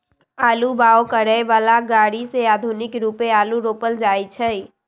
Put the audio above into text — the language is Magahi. आलू बाओ करय बला ग़रि से आधुनिक रुपे आलू रोपल जाइ छै